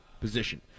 position